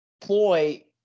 ploy